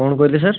କଣ କହିଲେ ସାର୍